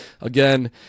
Again